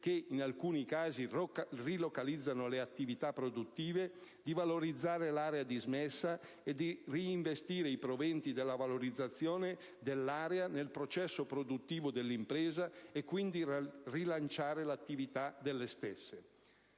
che in alcuni casi rilocalizzano le attività produttive di valorizzare l'area dismessa e di reinvestire i proventi della valorizzazione dell'area nel processo produttivo dell'impresa e quindi rilanciare l'attività delle stesse.